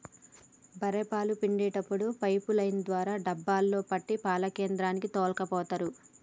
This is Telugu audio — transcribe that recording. బఱ్ఱె పాలు పిండేప్పుడు పైపు లైన్ ద్వారా డబ్బాలో పట్టి పాల కేంద్రానికి తోల్కపోతరు